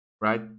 right